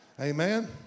amen